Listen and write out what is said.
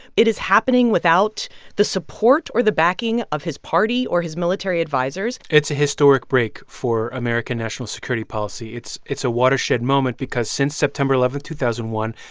it is happening without the support or the backing of his party or his military advisers it's a historic break for american national security policy. it's it's a watershed moment because since september eleven, two thousand and one,